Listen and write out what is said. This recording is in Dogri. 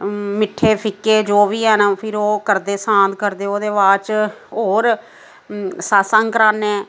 मिट्ठे फीके जो बी हैन फिर ओह् करदे सांत करदे ओह्दे बाद च होर सत्संग कराने